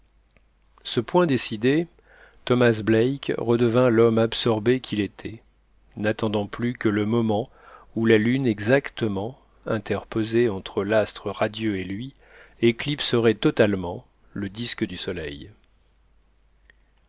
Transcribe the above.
ce point décidé thomas black redevint l'homme absorbé qu'il était n'attendant plus que le moment où la lune exactement interposée entre l'astre radieux et lui éclipserait totalement le disque du soleil